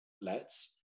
lets